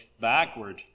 backward